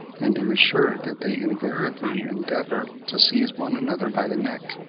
and am assured that they invariably endeavour to seize one another by the neck.